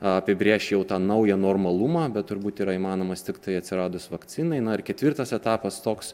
apibrėžčiau tą naują normalumą bet turbūt yra įmanomas tiktai atsiradus vakcinai na ir ketvirtas etapas toks